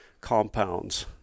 compounds